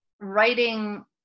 writing